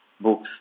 books